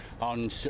on